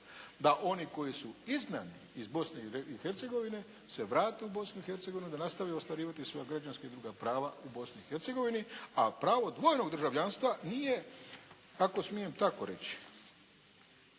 da oni koji su izgnani iz Bosne i Hercegovine se vrate u Bosnu i Hercegovinu, da nastave ostvarivati svoja građanska i druga prava u Bosni i Hercegovini, a pravo dvojnog državljanstva nije ako smijem tako reći